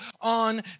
on